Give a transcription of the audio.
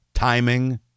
Timing